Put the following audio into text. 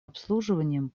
обслуживанием